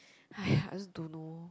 !aiya! I also don't know